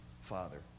Father